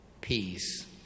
peace